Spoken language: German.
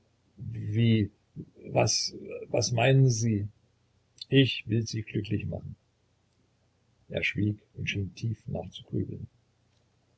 was was meinen sie ich will sie glücklich machen er schwieg und schien tief nachzugrübeln